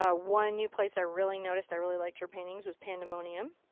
ah one new place i really noticed, i really liked her paintings, was pandemonium.